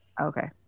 Okay